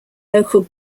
local